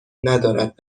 ندارد